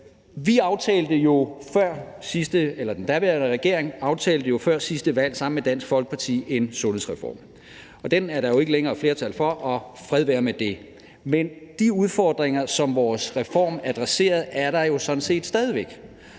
aftalte jo før sidste valg sammen med Dansk Folkeparti en sundhedsreform. Den er der jo ikke længere flertal for, og fred være med det, men de udfordringer, som vores reform adresserede, er der jo sådan set stadig væk.